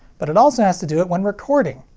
but it also has to do it when recording.